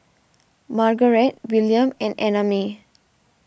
Margaret Willam and Annamae